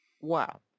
Wow